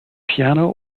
piano